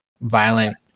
violent